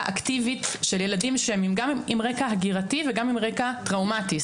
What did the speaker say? אקטיבית של ילדים שהם גם עם רקע הגירתי וגם עם רקע טראומתי.